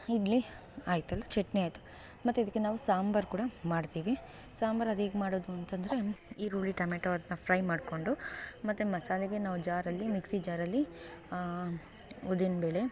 ಇಡ್ಲಿ ಆಯಿತಲ್ಲ ಚಟ್ನಿ ಆಯಿತು ಮತ್ತೆ ಇದಕ್ಕೆ ನಾವು ಸಾಂಬಾರು ಕೂಡ ಮಾಡ್ತೀವಿ ಸಾಂಬಾರು ಅದು ಹೇಗೆ ಮಾಡೋದು ಅಂತಂದರೆ ಈರುಳ್ಳಿ ಟೊಮೆಟೋ ಅದನ್ನ ಫ್ರೈ ಮಾಡಿಕೊಂಡು ಮತ್ತು ಮಸಾಲೆಗೆ ನಾವು ಜಾರಲ್ಲಿ ಮಿಕ್ಸಿ ಜಾರಲ್ಲಿ ಉದ್ದಿನಬೇಳೆ